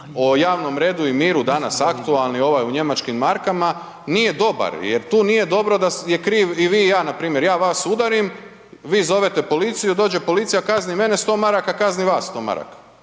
o javnom redu i miru danas aktualni ovaj u njemačkim markama nije dobar jer tu nije dobro da ste krivi i vi i ja, npr. ja vas udarim, vi zovete policiju, dođe policija kazni mene 100 maraka, kazni vas 100 maraka,